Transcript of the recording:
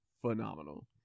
phenomenal